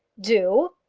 do!